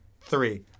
three